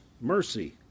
mercy